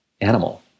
animal